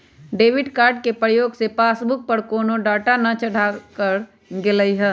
debit card के प्रयोग से पासबुक पर कोनो डाटा न चढ़ाएकर गेलइ ह